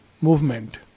movement